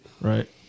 Right